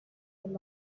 their